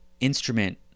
instrument